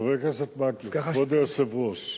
חבר הכנסת מקלב, כבוד היושב-ראש,